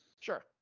Sure